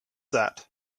that